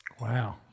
Wow